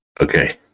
okay